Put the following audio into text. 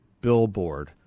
billboard